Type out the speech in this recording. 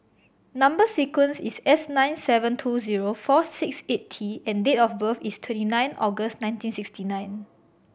number sequence is S nine seven two zero four six eight T and date of birth is twenty nine August nineteen sixty nine